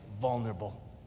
vulnerable